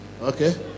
Okay